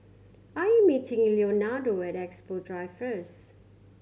I meeting Leonardo at Expo Drive first